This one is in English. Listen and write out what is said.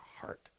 heart